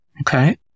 Okay